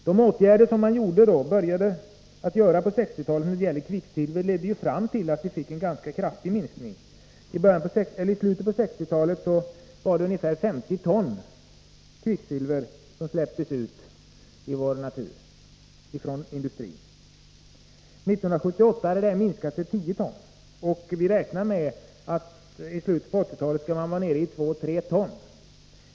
De åtgärder som man började vidta på 1960-talet när det gäller kvicksilver ledde ju fram till en ganska kraftig minskning av kvicksilverförekomsten. I slutet på 1960-talet släpptes ungefär 50 ton kvicksilver ut i vår natur från industrin. År 1978 hade dessa utsläpp minskat till 10 ton, och vi räknar med att de i slutet på 1980-talet skall vara nere i 2-3 ton.